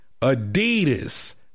Adidas